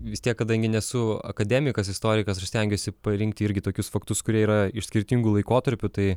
vis tiek kadangi nesu akademikas istorikas aš stengiuosi parinkti irgi tokius faktus kurie yra iš skirtingų laikotarpių tai